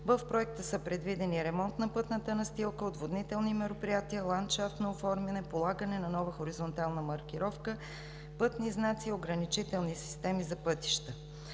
В проекта са предвидени: ремонт на пътната настилка, отводнителни мероприятия, ландшафтно оформяне, полагане на нова хоризонтална маркировка, пътни знаци и ограничителни системи за пътища.